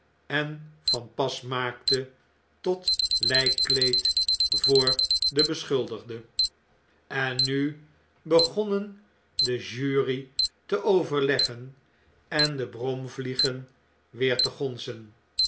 en van pas maakte tot ljjkkleed voor den beschuldigde en nu begonnen de jury te overleggen en de bromvliegen weer te gonzen